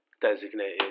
designated